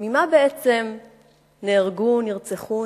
ממה בעצם נהרגו, נרצחו,